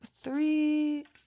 three